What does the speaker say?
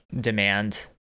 demand